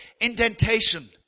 indentation